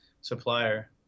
supplier